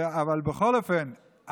אבל בכל אופן,